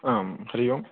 आं हरिः ओम्